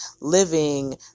living